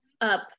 up